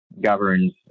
governs